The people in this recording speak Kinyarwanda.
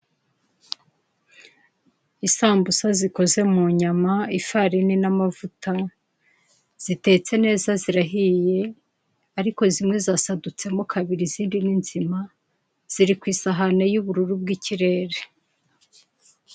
Isambusa zikoze mu nyama ifarini n'amavuta, zitetse neza zirahiye ariko zimwe zasadutsemo kabiri izindi ni nzima, ziri ku isahani y'ubururu bw'ikirere.